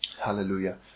Hallelujah